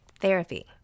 Therapy